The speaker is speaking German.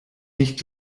nicht